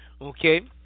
okay